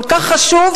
כל כך חשוב,